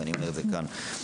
אני אומר זאת גם לפרוטוקול.